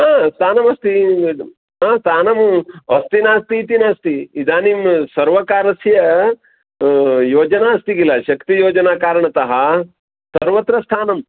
हा स्थानमस्ति हा स्थानम् अस्ति नास्ति इति नास्ति इदानीं सर्वकारस्य योजना अस्ति किल शक्तियोजनाकारणतः सर्वत्र स्थानम्